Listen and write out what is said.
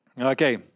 Okay